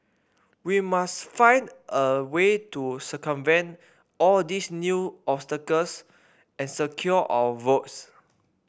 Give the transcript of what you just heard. we must find a way to circumvent all these new obstacles and secure our votes